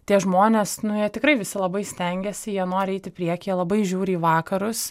tie žmonės nu jie tikrai visi labai stengiasi jie nori eit į priekį jie labai žiūri į vakarus